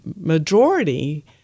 majority